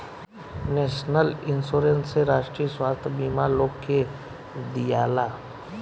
national Insurance से राष्ट्रीय स्वास्थ्य बीमा लोग के दियाला